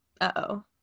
Uh-oh